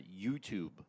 YouTube